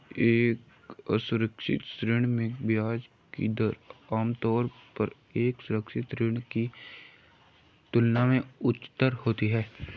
एक असुरक्षित ऋण में ब्याज की दर आमतौर पर एक सुरक्षित ऋण की तुलना में उच्चतर होती है?